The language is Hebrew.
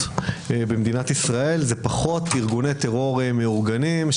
במדינת ישראל זה פחות ארגוני טרור מאורגנים,